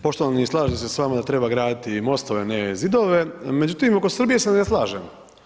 Poštovani, slažem se s vama da treba graditi mostove, ne zidove, međutim, oko Srbije se ne slažem.